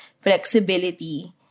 flexibility